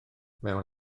mewn